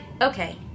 okay